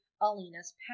Alina's